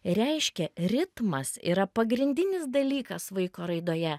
reiškia ritmas yra pagrindinis dalykas vaiko raidoje